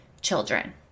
children